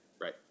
Right